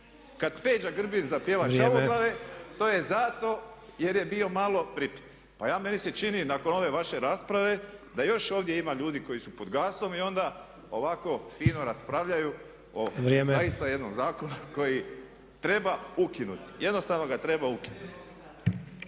Kad Peđa Grbin zapjeva Čavoglave to je zato jer je bio malo pripit. Pa meni se čini nakon ove vaše rasprave da još ovdje ima ljudi koji su pod gasom i onda ovako fino raspravljaju o zaista jednom zakonu koji treba ukinuti, jednostavno ga treba ukinuti.